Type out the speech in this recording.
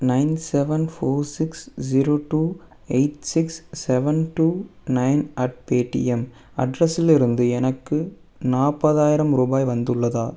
nine seven four six zero two eight six seven two nine at Paytm அட்ரெஸிலிருந்து எனக்கு நாற்பதாயிரம் ரூபாய் வந்துள்ளதா